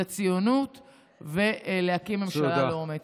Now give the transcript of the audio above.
לציונות, ולהקים ממשלה לאומית.